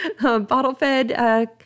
Bottle-fed